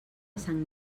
sant